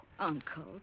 Uncle